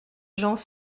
gens